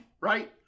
right